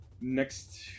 next